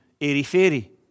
airy-fairy